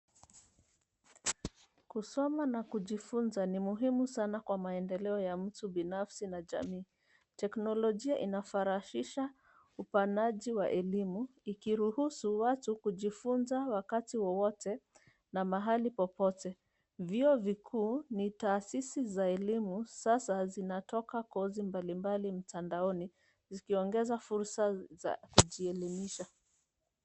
Kusoma na kujifunza ni muhimu sana kwa maendeleo ya mtu binafsi na jamii. Teknolojia inafarashisha upandaji wa elimu, ikiruhusu watu kujifunza wakati wowote na mahali popote. Vyuo vikuu ni taasisi za elimu sasa zinatoka kozi mbalimbali mtandaoni, zikiongeza fursa za kujielimisha.